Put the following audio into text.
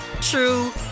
true